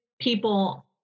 people